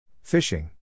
Fishing